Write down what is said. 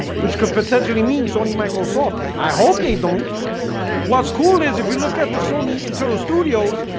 which could potentially mean sony microsoft i hope they don't what's cool is if you look at the sony internal studios,